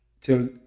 till